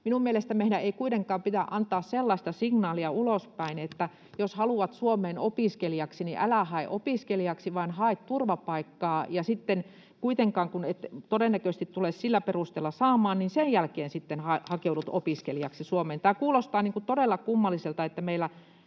Minun mielestäni meidän ei kuitenkaan pidä antaa sellaista signaalia ulospäin, että jos haluat Suomeen opiskelijaksi, niin älä hae opiskelijaksi vaan hae turvapaikkaa, ja sitten kun kuitenkaan todennäköisesti et tule sillä perusteella saamaan, niin sen jälkeen sitten hakeudut opiskelijaksi Suomeen. [Leena Meri: Juuri näin!] Tämä kuulostaa todella kummalliselta,